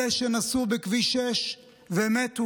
אלה שנסעו בכביש 6 ומתו,